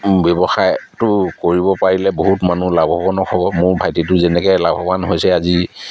ব্যৱসায়টো কৰিব পাৰিলে বহুত মানুহ লাভৱানো হ'ব মোৰ ভাইটিটো যেনেকৈ লাভৱান হৈছে আজি